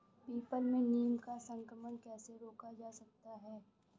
People में नीम का संकरण कैसे रोका जा सकता है?